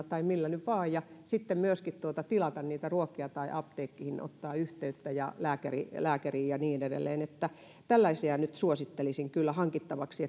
tai millä nyt vaan ja sitten myöskin tilata ruokia tai apteekkiin ottaa yhteyttä ja lääkäriin lääkäriin ja niin edelleen tällaisia nyt suosittelisin kyllä hankittavaksi